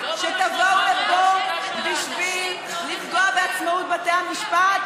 שתבואו לפה בשביל לפגוע בעצמאות בתי המשפט?